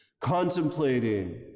contemplating